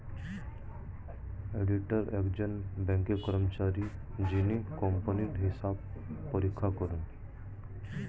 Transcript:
auditor একজন ব্যাঙ্কের কর্মচারী যিনি কোম্পানির হিসাব পরীক্ষা করেন